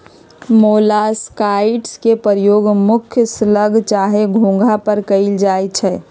मोलॉक्साइड्स के प्रयोग मुख्य स्लग चाहे घोंघा पर कएल जाइ छइ